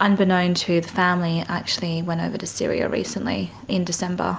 unbeknown to the family actually went over to syria recently in december